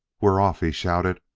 we're off! he shouted.